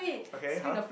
okay !huh!